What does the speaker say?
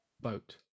boat